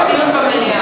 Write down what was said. אני מבקשת דיון במליאה.